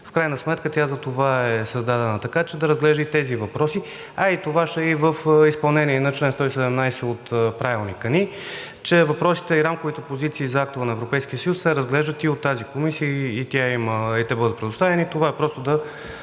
В крайна сметка тя затова е създадена, така че да разглежда и тези въпроси, а и това ще е в изпълнение на чл. 117 от Правилника ни, че въпросите и рамковите позиции за актове на Европейския съюз се разглеждат и от тази комисия и на нея да бъдат предоставени.